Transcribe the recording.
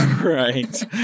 Right